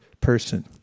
person